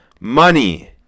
money